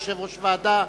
יושב-ראש ועדה.